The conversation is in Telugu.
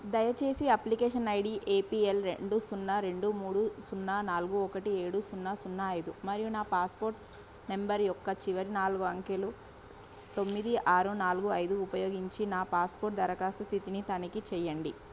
దయచేసి అప్లికేషన్ ఐడీ ఏపిఎల్ రెండు సున్నా రెండు మూడు సున్నా నాలుగు ఒకటి ఏడు సున్నా సున్నా ఐదు మరియు నా పాస్పోర్ట్ నంబర్ యొక్క చివరి నాలుగు అంకెలు తొమ్మిది ఆరు నాలుగు ఐదు ఉపయోగించి నా పాస్పోర్ట్ దరఖాస్తు స్థితిని తనిఖీ చెయ్యండి